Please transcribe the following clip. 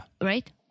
Right